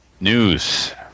News